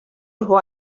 rhyw